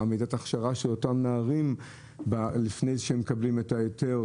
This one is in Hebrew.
מה מידת ההכשרה של אותם נערים לפני שהם מקבלים את ההיתר?